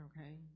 okay